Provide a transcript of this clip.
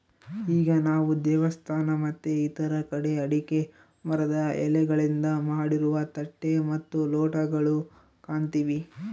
ಈಗ ನಾವು ದೇವಸ್ಥಾನ ಮತ್ತೆ ಇತರ ಕಡೆ ಅಡಿಕೆ ಮರದ ಎಲೆಗಳಿಂದ ಮಾಡಿರುವ ತಟ್ಟೆ ಮತ್ತು ಲೋಟಗಳು ಕಾಣ್ತಿವಿ